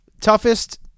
toughest